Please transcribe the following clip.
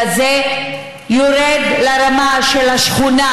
אלא זה יורד לרמה של השכונה,